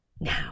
Now